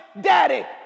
daddy